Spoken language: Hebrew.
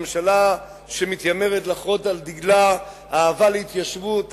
ממשלה שמתיימרת לחרות על דגלה אהבה להתיישבות,